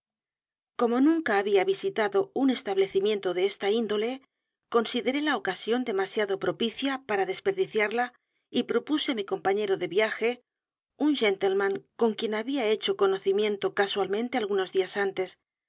como nunca había visitado un establecimiento de esta índole consideré la ocasión demasiado propicia para desperdiciarla y propuse á mi compañero de viaje un gentleman con quien había hecho conocimiento casualmente algunos días antes